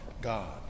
God